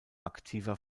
aktiver